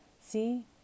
See